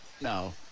No